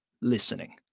listening